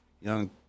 Young